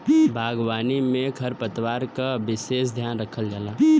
बागवानी में खरपतवार क विसेस ध्यान रखल जाला